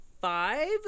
five